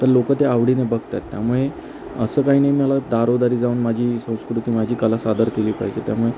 तर लोकं ते आवडीने बघतात त्यामुळे असं काही नाही मला दारोदारी जाऊन माझी संस्कृती माझी कला सादर केली पाहिजे त्यामुळे